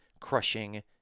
crushing